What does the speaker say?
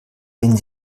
wenn